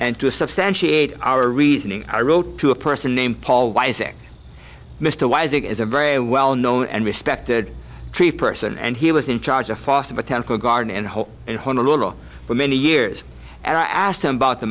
and to substantiate our reasoning i wrote to a person named paul why is it mr wise it is a very well known and respected tree person and he was in charge of foster botanical garden and home and one a little for many years and i asked him about the